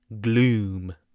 gloom